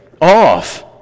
off